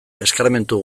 eskarmentu